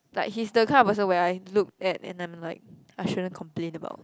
like he's the kind of person where I look at and I'm like I shouldn't complain about